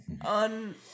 on